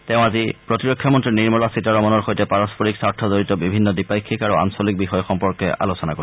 তেওঁ আজি প্ৰতিৰক্ষা মন্ত্ৰী নিৰ্মলা সীতাৰমনৰ সৈতে পাৰস্পৰিক স্বাৰ্থজড়িত বিভিন্ন দ্বিপাক্ষিক আৰু আঞ্চলিক বিষয় সম্পৰ্কে আলোচনা কৰিব